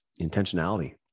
intentionality